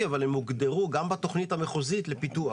אבל הם הוגדרו גם בתכנית המחוזית לפיתוח.